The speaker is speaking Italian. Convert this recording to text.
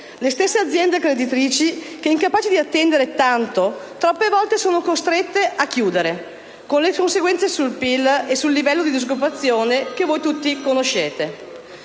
le stesse aziende creditrici che, incapaci di attendere tanto, troppe volte sono costrette a chiudere; con le conseguenze sul PIL e sul livello di disoccupazione che voi tutti conoscete.